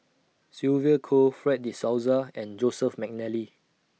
Sylvia Kho Fred De Souza and Joseph Mcnally